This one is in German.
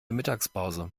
mittagspause